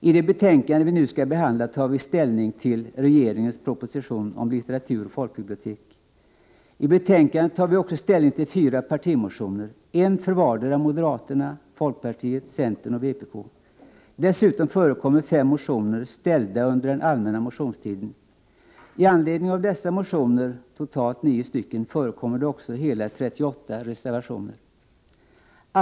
I det betänkande vi nu skall behandla tar vi ställning till Nr 163 regeringens proposition om litteratur och folkbibliotek. I betänkandet tar vi Torsdagen den också ställning till fyra partimotioner, en för vardera moderaterna, folkpar 6 juni 1985 tiet, centern och vpk. Dessutom förekommer fem motioner väckta under den allmänna motionstiden. I anledning av dessa motioner, totalt nio stycken, Litteratur och folkförekommer det också hela 38 reservationer.